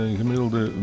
gemiddelde